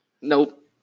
Nope